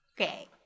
Okay